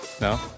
No